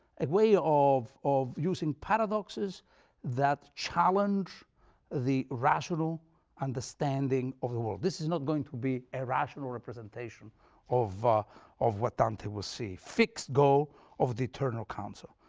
a way ah of of using paradoxes that challenge the rational understanding of the world. this is not going to be a rational representation of ah of what dante will see, fixed goal of the eternal council,